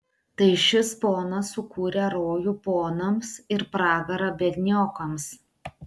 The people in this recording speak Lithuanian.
tai šis ponas sukūrė rojų ponams ir pragarą biedniokams